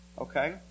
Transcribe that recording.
Okay